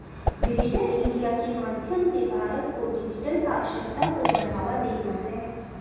digital India के माध्यम से भारत को डिजिटल साक्षरता को बढ़ावा देना है